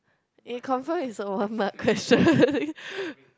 it confirm is a one mark question